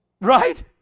right